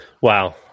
wow